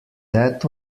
that